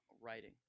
writing